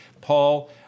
Paul